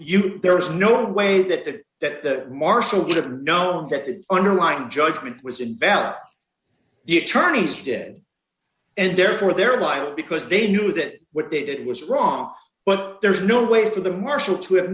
you there was no way that that that marshall would have known that underlying judgment was about the attorney's did and therefore their life because they knew that what they did was wrong but there's no way for the marshal to have